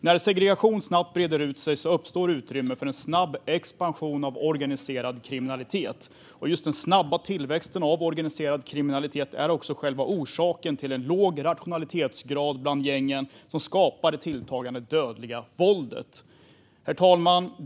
När segregation snabbt breder ut sig uppstår utrymme för en snabb expansion av organiserad kriminalitet. Just den snabba tillväxten av organiserad kriminalitet är också själva orsaken till en låg rationalitetsgrad bland gängen, vilket skapar det tilltagande dödliga våldet. Herr talman!